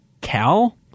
Cal